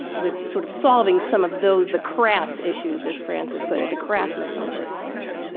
with sort of solving some of those, the crass issues, as frances put it, the crassness on both sides?